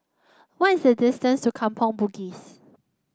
what is the distance to Kampong Bugis